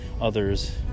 others